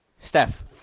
Steph